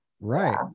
Right